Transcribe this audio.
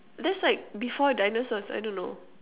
that's like before dinosaurs I don't know